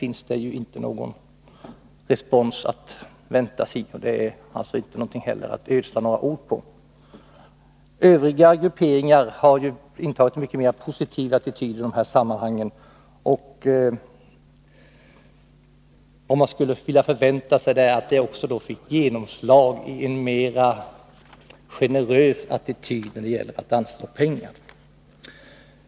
Från dem kan man inte vänta sig någon respons. Det är inte heller något att ödsla ord på. Övriga grupperingar har intagit en mycket mer positiv attityd i de här sammanhangen. Det man skulle förvänta sig är att detta fick genomslag i en mer generös attityd när det gäller att anslå pengar.